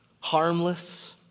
harmless